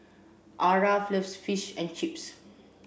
Aarav loves Fish and Chips